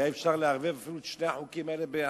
היה אפשר לערבב אפילו את שני החוקים האלה ביחד.